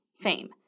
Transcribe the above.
fame